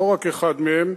לא רק אחד מהם.